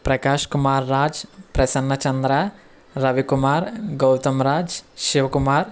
Prakash Kumar Raj Prasanna Chandra Ravikumar Gautam Raj Shivakumar